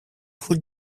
who